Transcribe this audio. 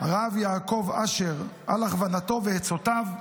הרב יעקב אשר, על הכוונתו ועצותיו,